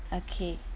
okay